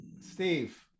Steve